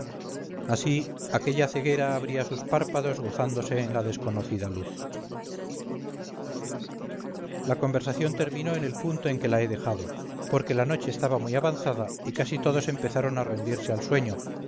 así aquella ceguera abría sus párpados gozándose en la desconocida luz la conversación terminó en el punto en que la he dejado porque la noche estaba muy avanzada y casi todos empezaron a rendirse al sueño